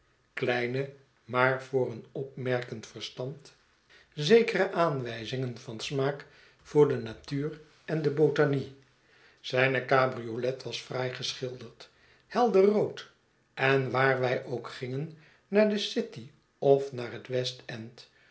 kleine maar voor een opmerkend verstand zekere aanwijzingen van smaak voor de natuur en de botanie zijne cabriolet was fraai geschilderd helder rood en waar wij ook gingen naar de city of naar het